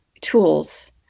tools